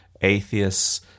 atheists